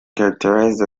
characterized